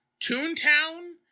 Toontown